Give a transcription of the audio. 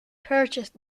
purchased